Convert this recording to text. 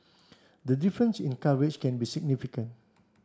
the difference in coverage can be significant